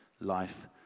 life